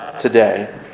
today